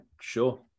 sure